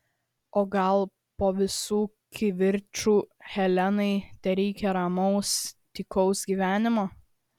o gal po visų kivirčų helenai tereikia ramaus tykaus gyvenimo